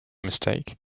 mistake